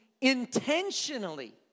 intentionally